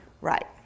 Right